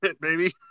baby